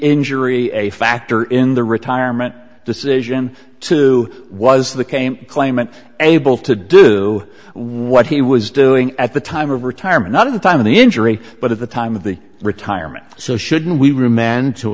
injury a factor in the retirement decision to was the came claimant able to do what he was doing at the time of retirement not of the time of the injury but at the time of the retirement so should we